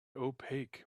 opaque